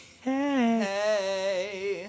Hey